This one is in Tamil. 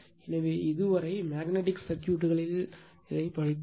எனவே இது வரை மேக்னட்டிக் சர்க்யூட்களில் பற்றி படித்தோம்